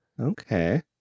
okay